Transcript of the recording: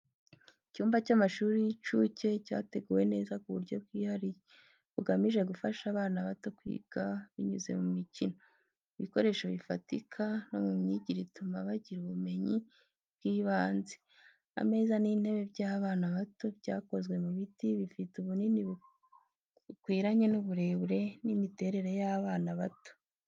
Icyumba cy’amashuri y’incuke cyateguwe neza ku buryo bwihariye bugamije gufasha abana bato kwiga binyuze mu mikino, Ibikoresho bifatika, no mu myigire ituma bagira ubumenyi bw’ibanze. Ameza n’intebe by’abana bato byakozwe mu biti, bifite ubunini bukwiranye n’uburebure n’imiterere y’abana bato.